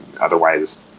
otherwise